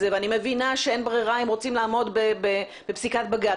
ואני מבינה שאין ברירה אם רוצים לעמוד בפסיקת בג"צ,